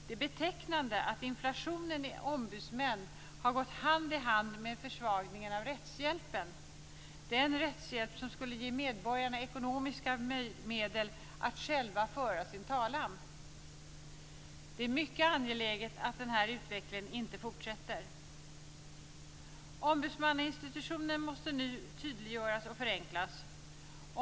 Det är betecknande att inflationen i ombudsmän har gått hand i hand med försvagningen av rättshjälpen - den rättshjälp som skulle ge medborgarna ekonomiska medel att själva föra sin talan. Det är mycket angeläget att den här utvecklingen inte fortsätter. Ombudsmannainstitutionen måste nu tydliggöras och förenklas.